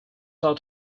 out